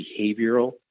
behavioral